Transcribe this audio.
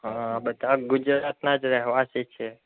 હં બધા ગુજરાતના જ રહેવાસી છે